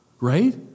right